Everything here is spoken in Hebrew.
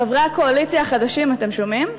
חברי הקואליציה החדשים, אתם שומעים?